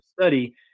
study